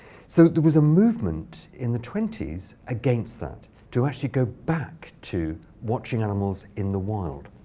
so there was a movement in the twenty s against that to actually go back to watching animals in the wild.